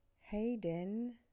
Hayden